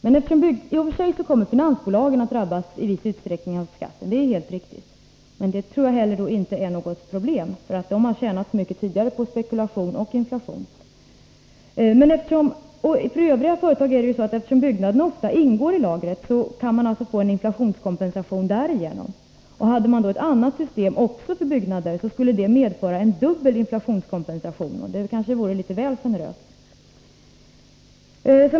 Det är i och för sig helt riktigt att finansbolagen i viss utsträckning kommer att drabbas, men det tror jag inte är något problem, eftersom de tidigare har tjänat så mycket på spekulation och inflation. Och eftersom byggnaderna ofta ingår i lagret får övriga företag därigenom en inflationskompensation. Om man hade ett annat system för byggnader, skulle det medföra en dubbel inflationskompensation, och det vore väl litet väl generöst.